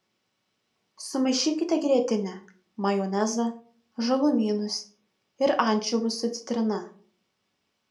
sumaišykite grietinę majonezą žalumynus ir ančiuvius su citrina